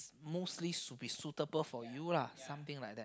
mostly should be suitable for you lah something like that